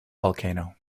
volcano